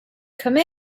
come